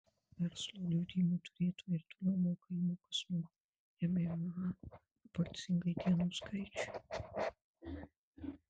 verslo liudijimų turėtojai ir toliau moka įmokas nuo mma proporcingai dienų skaičiui